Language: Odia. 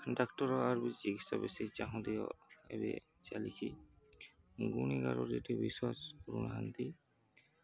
ଡାକ୍ତର ଆଉ ବି ଚିକିତ୍ସା ବେଶୀ ଚାହୁଁଛନ୍ତି ଏବେ ଚାଲିଛି ଗୁଣିଗାରେଡ଼ିରେ ଟିକେ ବିଶ୍ୱାସ କରୁନାହାନ୍ତି